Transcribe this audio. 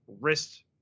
wrist